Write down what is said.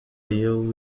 iyo